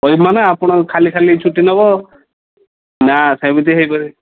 କହିବି ମାନେ ଆପଣ ଖାଲି ଖାଲି ଛୁଟି ନେବ ନା ସେମିତି ହେଇ ପାରିବନି